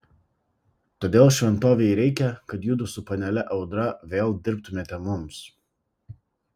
todėl šventovei reikia kad judu su panele audra vėl dirbtumėte mums